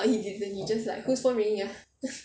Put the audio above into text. orh he didn't he just like whose phone ringing ah